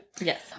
Yes